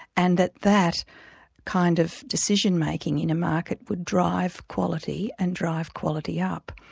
and that that kind of decision making in a market would drive quality and drive quality up.